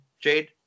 Jade